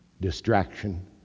distraction